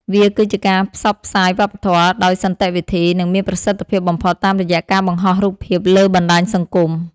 វាគឺជាការផ្សព្វផ្សាយវប្បធម៌ដោយសន្តិវិធី និងមានប្រសិទ្ធភាពបំផុតតាមរយៈការបង្ហោះរូបភាពលើបណ្ដាញសង្គម។